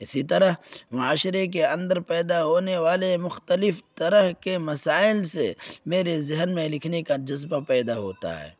اسی طرح معاشرے کے اندر پیدا ہونے والے مختلف طرح کے مسائل سے میرے ذہن میں لکھنے کا جذبہ پیدا ہوتا ہے